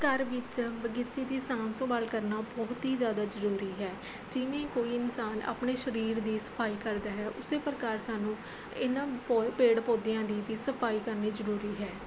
ਘਰ ਵਿੱਚ ਬਗੀਚੀ ਦੀ ਸਾਂਭ ਸੰਭਾਲ ਕਰਨਾ ਬਹੁਤ ਹੀ ਜ਼ਿਆਦਾ ਜ਼ਰੂਰੀ ਹੈ ਜਿਵੇਂ ਕੋਈ ਇਨਸਾਨ ਆਪਣੇ ਸਰੀਰ ਦੀ ਸਫ਼ਾਈ ਕਰਦਾ ਹੈ ਉਸ ਪ੍ਰਕਾਰ ਸਾਨੂੰ ਇਹਨਾਂ ਪੌ ਪੇੜ ਪੌਦਿਆਂ ਦੀ ਵੀ ਸਫ਼ਾਈ ਕਰਨੀ ਜ਼ਰੂਰੀ ਹੈ